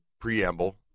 preamble